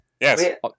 Yes